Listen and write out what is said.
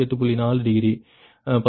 4 degree 17